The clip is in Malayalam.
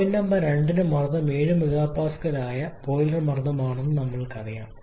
പോയിന്റ് നമ്പർ 2 ന് മർദ്ദം 7 MPa ആയ ബോയിലർ മർദ്ദമാണെന്ന് ഞങ്ങൾക്കറിയാം